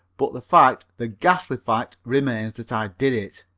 but the fact, the ghastly fact, remains that i did it.